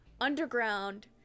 underground